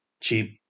cheap